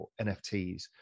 NFTs